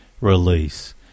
release